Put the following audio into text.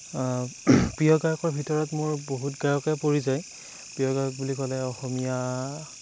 প্ৰিয় গায়কৰ ভিতৰত মোৰ বহুত গায়কেই পৰি যায় প্ৰিয় গায়ক বুলি ক'লে অসমীয়া